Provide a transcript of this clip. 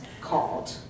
called